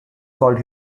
called